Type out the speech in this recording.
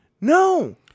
No